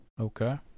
Okay